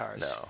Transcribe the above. No